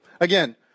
Again